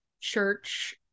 church